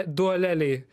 du aleliai